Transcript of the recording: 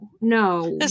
no